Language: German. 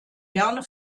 gerne